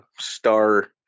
star